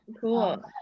Cool